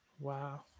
Wow